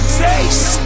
taste